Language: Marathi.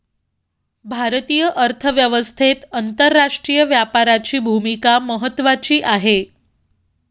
भारतीय अर्थव्यवस्थेत आंतरराष्ट्रीय व्यापाराची भूमिका महत्त्वाची आहे